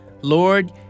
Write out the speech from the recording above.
Lord